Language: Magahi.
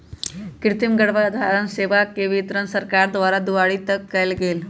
कृतिम गर्भधारण सेवा के वितरण सरकार द्वारा दुआरी तक कएल गेल